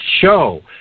show